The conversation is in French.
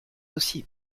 aussi